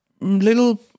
little